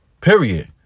Period